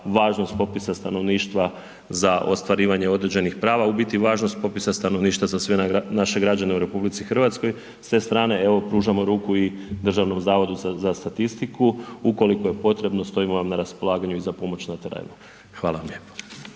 važnost popisa stanovništva za ostvarivanje određenih prava u biti važnost popisa stanovništva za sve naše građane u RH. S te strane evo pružamo ruku i Državnom zavodu za statistiku ukoliko je potrebno stojimo vam na raspolaganju i za pomoć na terenu. Hvala vam lijepo.